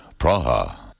Praha